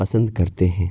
پسند کرتے ہیں